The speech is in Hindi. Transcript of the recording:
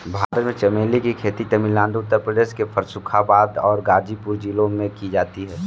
भारत में चमेली की खेती तमिलनाडु उत्तर प्रदेश के फर्रुखाबाद और गाजीपुर जिलों में की जाती है